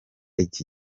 iki